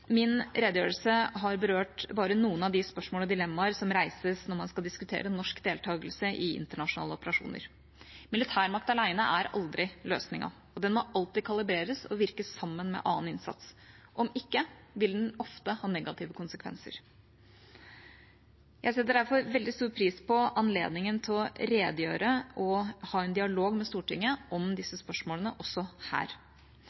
Min redegjørelse har berørt bare noen av de spørsmål og dilemmaer som reiser seg når man skal diskutere norsk deltakelse i internasjonale operasjoner. Militærmakt alene er aldri løsningen, den må alltid kalibreres og virke sammen med annen innsats – om ikke, vil den ofte ha negative konsekvenser. Jeg setter derfor veldig stor pris på anledningen til å redegjøre og ha en dialog med Stortinget om disse